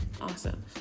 awesome